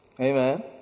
Amen